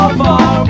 far